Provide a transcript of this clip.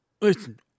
listen